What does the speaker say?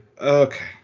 okay